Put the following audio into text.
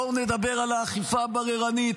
בואו נדבר על האכיפה הבררנית,